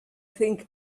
think